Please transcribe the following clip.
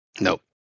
Nope